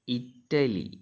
Italy